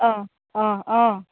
অঁ অঁ অঁ